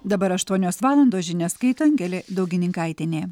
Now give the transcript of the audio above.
dabar aštuonios valandos žinias skaito angelė daugininkaitienė